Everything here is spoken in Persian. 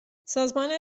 سازمان